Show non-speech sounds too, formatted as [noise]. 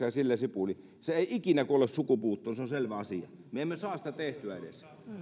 [unintelligible] ja sillä sipuli se ei ikinä kuole sukupuuttoon se on selvä asia me emme saa sitä tehtyä edes